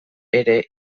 ere